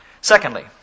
Secondly